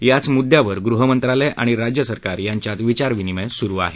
याच मुद्द्यावर गृहमंत्रालय आणि राज्य सरकार यांच्यात विचार विनिमय सुरु आहे